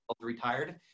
retired